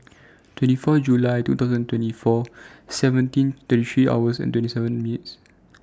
twenty four July two thousand twenty four seventeen thirty three hours and twenty seven meets